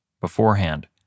beforehand